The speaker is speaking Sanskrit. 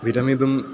विरमितुम्